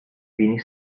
vini